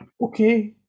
Okay